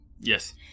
Yes